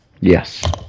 Yes